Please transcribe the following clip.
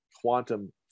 quantum